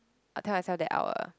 I'll tell myself that I will